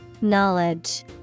Knowledge